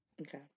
okay